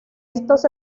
estos